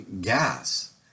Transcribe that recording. gas